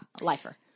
lifer